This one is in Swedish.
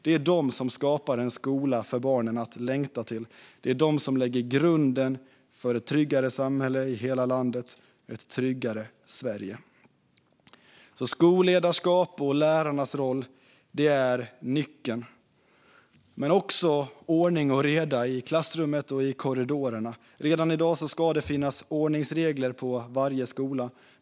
Det är de som skapar en skola för barnen att längta till. Det är de som lägger grunden för ett tryggare samhälle i hela landet, ett tryggare Sverige. Skolledarskap och lärarnas roll är nyckeln. Men det handlar också om ordning och reda i klassrummet och i korridorerna. Redan i dag ska det finnas ordningsregler på varje skola.